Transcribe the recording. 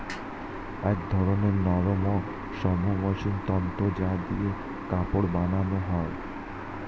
এক ধরনের নরম ও মসৃণ তন্তু যা দিয়ে কাপড় বানানো হয়